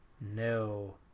No